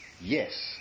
Yes